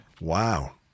Wow